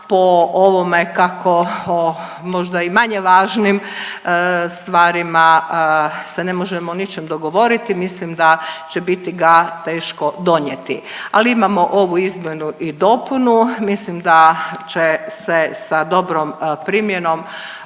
po ovome kako, o možda i manje važnim stvarima se ne možemo o ničem dogovoriti, mislim da će biti ga teško donijeti, ali imamo ovu izmjenu i dopunu. Mislim da će se sa dobrom primjenom